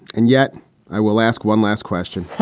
and yet i will ask one last question.